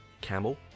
Camel